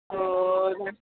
अ